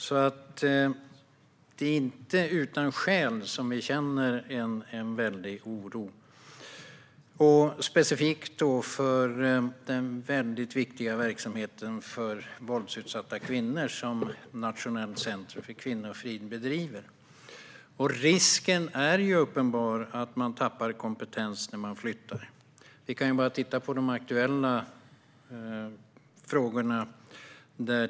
Det är alltså inte utan skäl som vi känner en stor oro, specifikt för den väldigt viktiga verksamhet för våldsutsatta kvinnor som Nationellt centrum för kvinnofrid bedriver. Det är en uppenbar risk att man tappar kompetens när man flyttar. Vi kan bara titta på de aktuella frågorna.